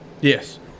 Yes